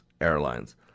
airlines